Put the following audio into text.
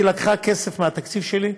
היא לקחה כסף מהתקציב שלי,